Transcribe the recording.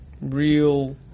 real